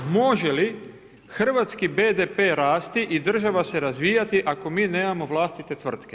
Može li hrvatski BDP rasti i država se razvijati ako mi nemamo vlastite tvrtke?